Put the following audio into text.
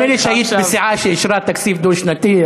נדמה לי שהיית בסיעה שאישרה תקציב דו-שנתי,